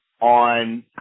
on